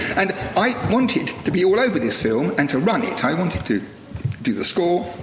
and i wanted to be all over this film and to run it. i wanted to do the score,